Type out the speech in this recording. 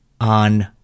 on